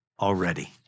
already